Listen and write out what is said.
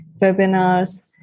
webinars